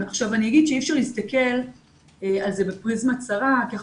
אני אגיד שאי אפשר להסתכל על זה בפריזמה צרה כי אנחנו